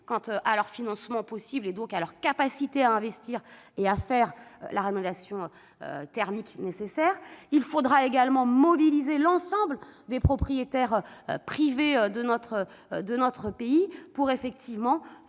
quant à leur financement possible et, par conséquent, à leur capacité à investir et à procéder à la rénovation thermique nécessaire. Il faudra également mobiliser l'ensemble des propriétaires privés de notre pays pour effectuer